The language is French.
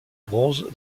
bronze